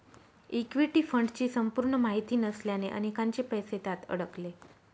equity फंडची संपूर्ण माहिती नसल्याने अनेकांचे पैसे त्यात अडकले